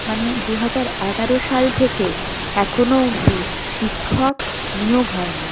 মানে দু হাজার এগারো সাল থেকে এখনো অবধি শিক্ষক নিয়োগ হয়নি